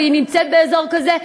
והיא נמצאת באזור כזה,